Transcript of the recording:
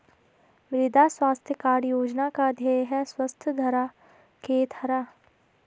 मृदा स्वास्थ्य कार्ड योजना का ध्येय है स्वस्थ धरा, खेत हरा